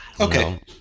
Okay